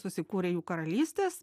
susikūrė jų karalystės